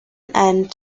and